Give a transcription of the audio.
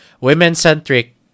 women-centric